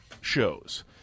shows